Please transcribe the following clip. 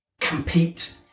compete